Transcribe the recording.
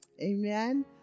Amen